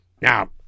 Now